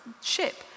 ship